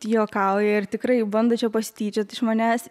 juokauja ir tikrai bando čia pasityčiot iš manęs